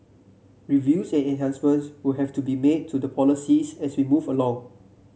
reviews and enhancements will have to be made to the policies as we move along